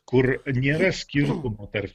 kur nėra skirtumo tarp